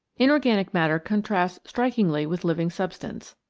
inorganic matter contrasts strikingly with living substance.